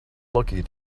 lucky